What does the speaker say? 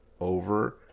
over